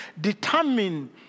determine